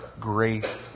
great